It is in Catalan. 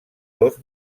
dos